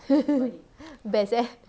best eh